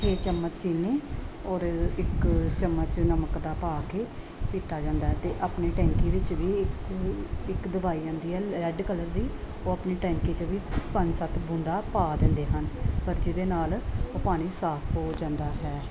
ਛੇ ਚਮਚ ਚੀਨੀ ਔਰ ਇੱਕ ਚਮਚ ਨਮਕ ਦਾ ਪਾ ਕੇ ਪੀਤਾ ਜਾਂਦਾ ਅਤੇ ਆਪਣੀ ਟੈਂਕੀ ਵਿੱਚ ਵੀ ਇੱਕ ਇੱਕ ਦਵਾਈ ਆਉਂਦੀ ਹੈ ਰੈਡ ਕਲਰ ਦੀ ਉਹ ਆਪਣੀ ਟੈਂਕੀ 'ਚ ਵੀ ਪੰਜ ਸੱਤ ਬੂੰਦਾਂ ਪਾ ਦਿੰਦੇ ਹਨ ਪਰ ਜਿਹਦੇ ਨਾਲ ਉਹ ਪਾਣੀ ਸਾਫ ਹੋ ਜਾਂਦਾ ਹੈ